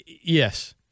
Yes